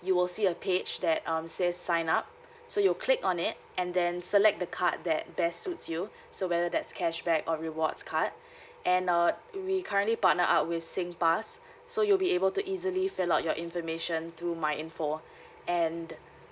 you will see a page that um says sign up so you click on it and then select the card that best suits you so whether that's cashback or rewards card and uh we currently partner ah with singpass so you'll be able to easily fill up your information through my info and